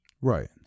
right